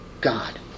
God